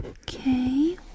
Okay